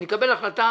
אני אקבל החלטה,